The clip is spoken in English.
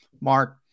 Mark